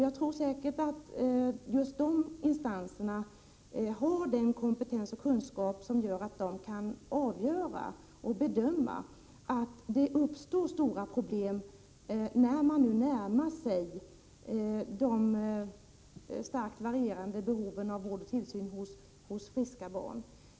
Jag tror säkert att just de instanserna har den kompetensen och kunskapen att de kan bedöma om det uppstår stora problem när man nu närmar sig situationen att behöva bedöma de starkt varierande behoven av vård och tillsyn hos friska barn.